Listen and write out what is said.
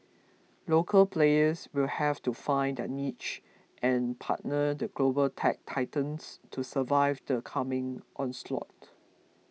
local players will have to find their niche and partner the global tech titans to survive the coming onslaught